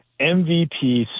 MVP